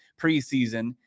preseason